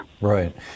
Right